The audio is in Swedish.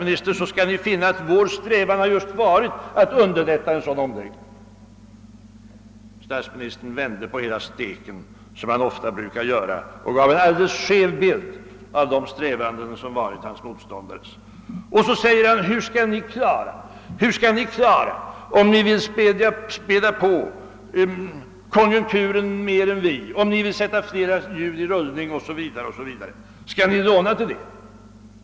Ni skall då finna att vår strävan just har varit att underlätta en sådan omläggning. Statsministern vände på hela steken, som han ofta brukar göra, och gav en alldeles skev bild av de strävanden som varit hans motståndares. Hur skall ni inom oppositionen klara det hela om ni vill späda på konjunkturen mer än vi gör, om ni vill sätta fler hjul i rullning 0. S. V., frågar han, Skall ni låna pengar till det?